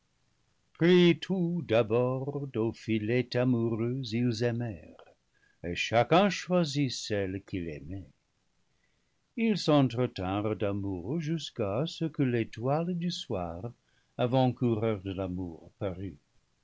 tout d'abord au filet amoureux ils aimèrent et chacun choisit celle qu'il aimait ils s'entretinrent d'amour jusqu'à ce que l'étoile du soir avant-coureur de l'amour parut